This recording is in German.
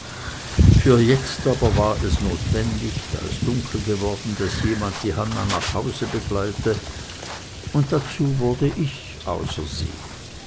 für jetzt aber war es notwendig da es dunkel geworden daß jemand die anna nach hause begleite und dazu wurde ich ausersehen